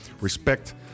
Respect